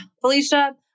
Felicia